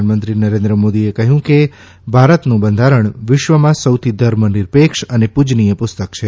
પ્રધાનમંત્રી નરેજ્ન મોદીએ કહ્યું છે કે ભારતનું બંધારણ વિશ્વમાં સૌથી ધર્મનિરપેક્ષ અને પૂજનીય પુસ્તક છે